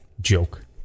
joke